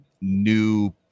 new